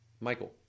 Michael